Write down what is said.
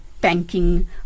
banking